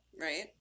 Right